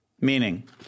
Meaning